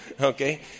Okay